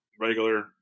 regular